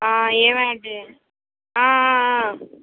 ఏవేవి